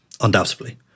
undoubtedly